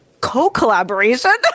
co-collaboration